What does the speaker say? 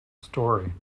story